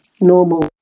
normal